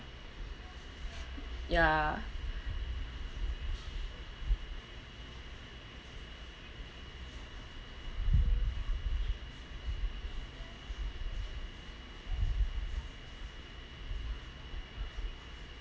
ya